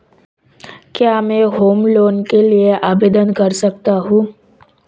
क्या मैं home loan के लिए आवेदन कर सकता हूं?